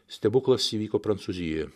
stebuklas įvyko prancūzijoje